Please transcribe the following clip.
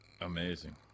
Amazing